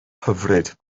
hyfryd